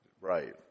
Right